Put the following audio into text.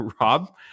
Rob